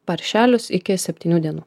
paršelius iki septynių dienų